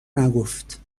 نگفت